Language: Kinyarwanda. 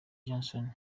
johnson